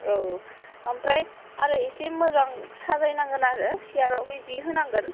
औ ओमफ्राय आरो एसे मोजां साजायनांगोन आरो सेयाराव जि होनांगोन